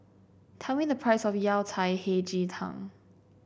tell me the price of Yao Cai Hei Ji Tang